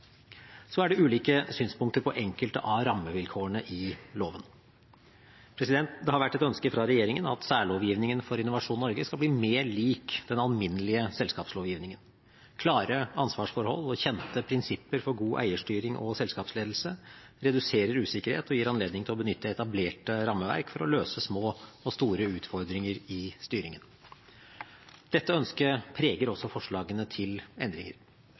Så er det ulike synspunkter på enkelte av rammevilkårene i loven. Det har vært et ønske fra regjeringen at særlovgivningen for Innovasjon Norge skal bli mer lik den alminnelige selskapslovgivningen. Klare ansvarsforhold og kjente prinsipper for god eierstyring og selskapsledelse reduserer usikkerhet og gir anledning til å benytte etablerte rammeverk for å løse små og store utfordringer i styringen. Dette ønsket preger også forslagene til endringer.